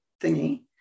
thingy